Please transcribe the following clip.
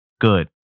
good